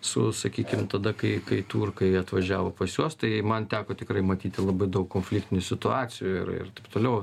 su sakykim tada kai kai turkai atvažiavo pas juos tai man teko tikrai matyti labai daug konfliktinių situacijų ir ir taip toliau